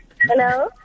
Hello